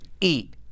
eat